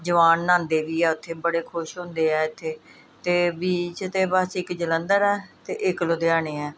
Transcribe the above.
ਜਵਾਨ ਨਹਾਉਂਦੇ ਵੀ ਆ ਉੱਥੇ ਬੜੇ ਖੁਸ਼ ਹੁੰਦੇ ਆ ਇੱਥੇ ਅਤੇ ਬੀਚ ਤਾਂ ਬਸ ਇੱਕ ਜਲੰਧਰ ਆ ਅਤੇ ਇੱਕ ਲੁਧਿਆਣੇ ਹੈ